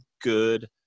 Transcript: good